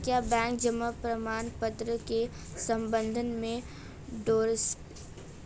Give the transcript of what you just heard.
क्या बैंक जमा प्रमाण पत्र के संबंध में डोरस्टेप सेवाएं दे रहा है?